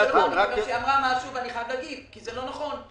היא אמרה משהו ואני חייב להגיב כי זה לא נכון.